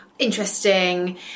Interesting